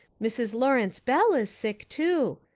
mrs. lawrence bell is sick to.